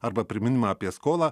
arba priminimą apie skolą